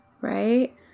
right